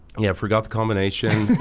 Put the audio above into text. yeah forgot the combination.